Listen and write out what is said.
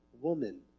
woman